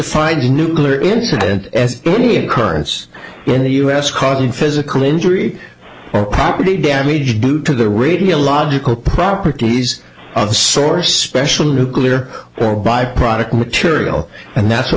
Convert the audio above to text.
find a nuclear incident as any occurrence in the us causing physical injury or property damage due to the radiological properties of the source special nuclear or byproduct material and that's what